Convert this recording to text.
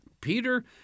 Peter